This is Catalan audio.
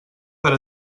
per